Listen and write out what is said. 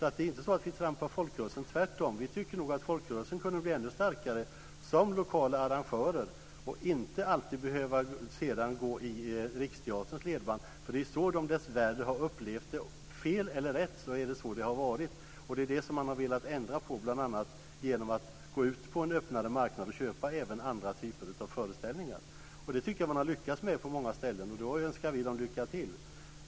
Det är inte så att vi trampar på folkrörelsen, utan vi tycker tvärtom att folkrörelsen kunde bli ännu starkare som lokal arrangör, att den inte alltid skulle behöva gå i Riksteaterns ledband. Det är så som de dessvärre har upplevt det. Fel eller rätt - det är så det har varit. Det är det som man har velat ändra på, bl.a. genom att gå ut på en öppnare marknad och köpa även andra typer av föreställningar. Det har man lyckats med på många ställen, och vi önskar dem lycka till.